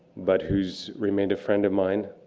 but who's remained a friend of mine